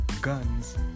guns